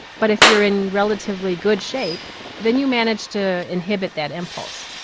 but if you're in relatively good shape then you manage to inhibit that impulse.